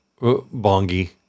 Bongi